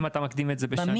אם אתה מגדיל את זה בשנתיים,